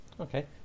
Okay